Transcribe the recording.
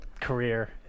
career